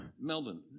Melbourne